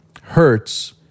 hurts